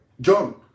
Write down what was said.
John